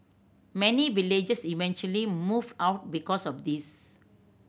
many villagers eventually moved out because of this